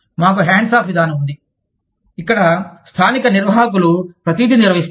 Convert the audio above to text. మాకు hands off విధానం ఉంది ఇక్కడ స్థానిక నిర్వాహకులు ప్రతిదీ నిర్వహిస్తారు